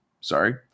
Sorry